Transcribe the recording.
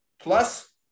plus